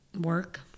work